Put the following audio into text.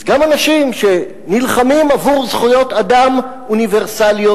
אז גם אנשים שנלחמים עבור זכויות אדם אוניברסליות,